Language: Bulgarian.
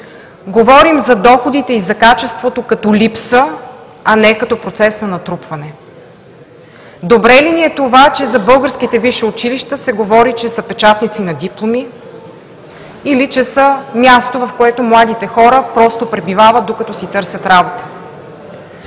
говорим за доходите и за качеството като липса, а не като процес на натрупване? Добре ли ни е това, че за българските висши училища се говори, че са печатници на дипломи, или че са място, в което младите хора просто пребивават, докато си търсят работа?